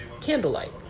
candlelight